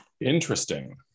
interesting